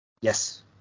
yes